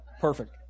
perfect